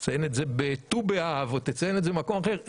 תציין את ט"ו באב או במקום אחר.